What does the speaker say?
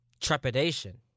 trepidation